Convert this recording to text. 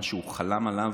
מה שהוא חלם עליו,